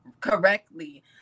correctly